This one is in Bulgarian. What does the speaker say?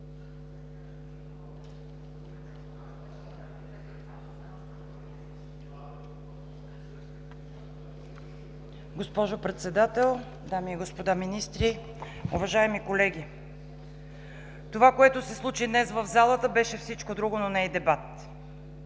Госпожо Председател, дами и господа министри, уважаеми колеги! Това, което се случи днес в залата, беше всичко, но не и дебат.